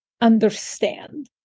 understand